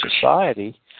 society